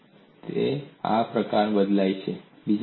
તેથી તે આ પ્રમાણે બદલાય છે